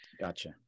Gotcha